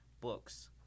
books